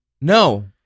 no